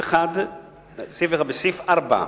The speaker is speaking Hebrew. הוא בסעיף 4,